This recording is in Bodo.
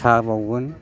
साहा बाउगोन